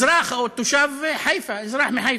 אזרח או תושב חיפה, אזרח מחיפה,